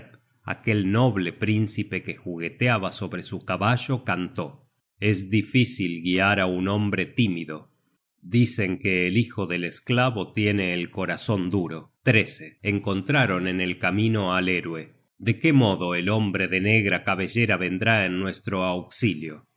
aquel noble príncipe que jugueteaba sobre su caballo cantó es difícil guiar á un hombre tímido dicen que el hijo del esclavo tiene el corazon duro encontraron en el camino al héroe de qué modo el hombre de negra cabellera vendrá en nuestro auxilio